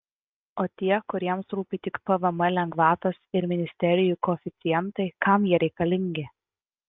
o tie kuriems rūpi tik pvm lengvatos ir ministerijų koeficientai kam jie reikalingi